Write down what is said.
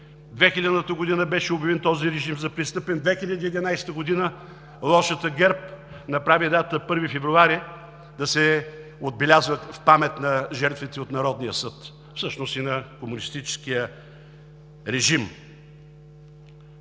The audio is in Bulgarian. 2000 г. този режим е обявен за престъпен. През 2011 г. лошият ГЕРБ направи датата 1 февруари да се отбелязва в памет на жертвите от Народния съд, всъщност на комунистическия режим.